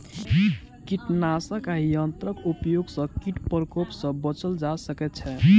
कीटनाशक आ यंत्रक उपयोग सॅ कीट प्रकोप सॅ बचल जा सकै छै